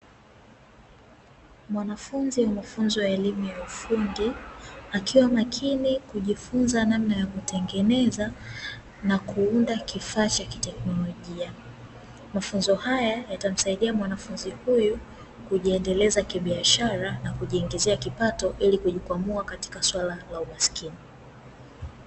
Mwanafunzi wa mafunzo ya elimu ya ufundi akiwa makini kujifunza namna ya kutengeneza na kuunda kifaa cha kiteknolojia. Mafunzo haya yatamsaidia mwanafunzi huyu kujiendeleza kibiashara na kujingizia kipato ili kujikwamua katika swala la umasikini.